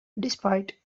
despite